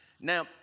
Now